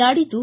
ನಾಡಿದ್ದು